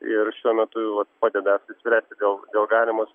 ir šiuo metu padeda apsispręsti dėl dėl galimos